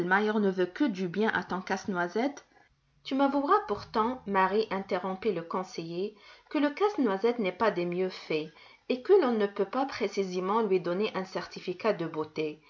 ne veut que du bien à ton casse-noisette tu m'avoueras pourtant marie interrompit le conseiller que le casse-noisette n'est pas des mieux faits et que l'on ne peut pas précisément lui donner un certificat de beauté